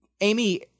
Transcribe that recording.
Amy